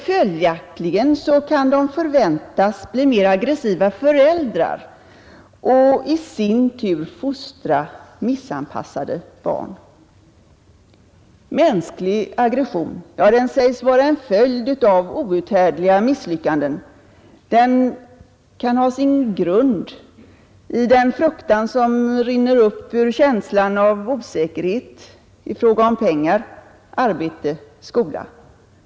Följaktligen kan de förväntas bli mer aggressiva föräldrar och i sin tur fostra missanpassade barn. Mänsklig aggression sägs vara en följd av outhärdliga misslyckanden. Den kan ha sin grund i den fruktan som rinner upp ur känslan av osäkerhet i fråga om pengar, arbete, skola.